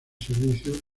servicios